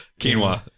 quinoa